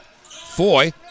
Foy